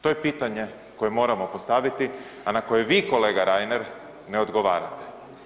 To je pitanje koje moramo postaviti, a na koje vi, kolega Reiner ne odgovarate.